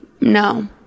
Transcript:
No